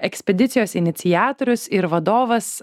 ekspedicijos iniciatorius ir vadovas